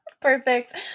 perfect